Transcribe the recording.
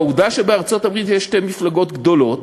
העובדה שבארצות-הברית יש מפלגות גדולות